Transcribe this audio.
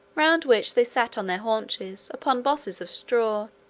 round which they sat on their haunches, upon bosses of straw.